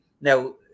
Now